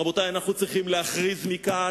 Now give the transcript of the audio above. רבותי, אנחנו צריכים להכריז מכאן,